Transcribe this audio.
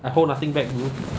I hold nothing back bro